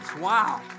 Wow